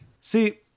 See